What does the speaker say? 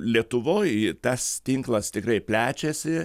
lietuvoj tas tinklas tikrai plečiasi